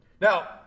Now